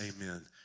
amen